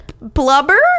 blubber